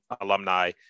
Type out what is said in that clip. alumni